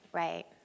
right